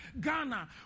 Ghana